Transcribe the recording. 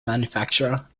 manufacturer